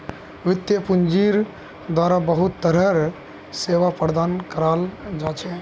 वित्तीय पूंजिर द्वारा बहुत तरह र सेवा प्रदान कराल जा छे